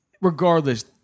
Regardless